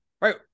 right